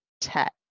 tech